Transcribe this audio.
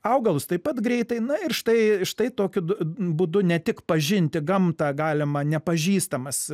augalus taip pat greitai na ir štai štai tokiu būdu ne tik pažinti gamtą galima nepažįstamas